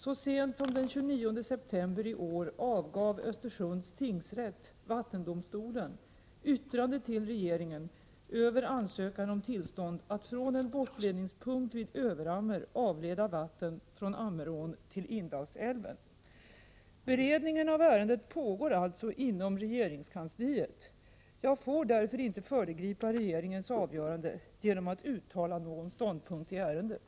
Så sent som den 29 september i år avgav Östersunds tingsrätt, vattendomstolen, yttrande till regeringen över ansökan om tillstånd att från en bortledningspunkt vid Överammer avleda vatten från Ammerån till Indalsälven. Beredningen av ärendet pågår alltså inom regeringskansliet. Jag får därför inte föregripa regeringens avgörande genom att uttala någon ståndpunkt i ärendet.